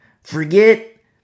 Forget